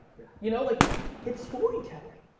yeah. you know like it's story telling,